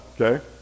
okay